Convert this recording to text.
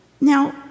Now